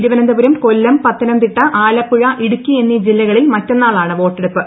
തിരുവനന്തപുരം കൊല്ലം പത്തനംതിട്ട ആലപ്പുഴ ഇടുക്കി എന്നീ ജില്ലകളിൽ മറ്റന്നാളാണ് വോട്ടെടുപ്പ്